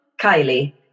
Kylie